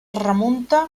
remunta